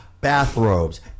bathrobes